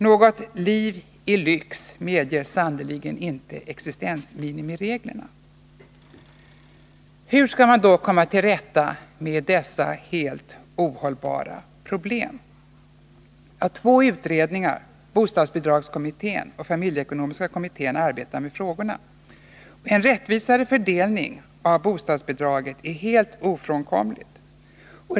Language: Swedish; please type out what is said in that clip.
Något liv i lyx medger sannerligen inte existensminimireglerna. Hur skall man då komma till rätta med dessa helt ohållbara problem? Två utredningar — bostadsbidragskommittén och familjeekonomiska kommittén — arbetar med frågorna. En rättvisare fördelning av bostadsbidragen är helt ofrånkomlig.